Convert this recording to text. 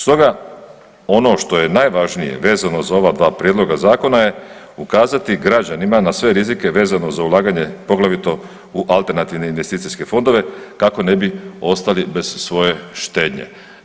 Stoga, ono što je najvažnije vezano za ova dva prijedloga zakona je ukazati građanima na sve rizike vezano za ulaganje poglavito u alternativne investicijske fondove kako ne bi ostali bez svoje štednje.